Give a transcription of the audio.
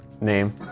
name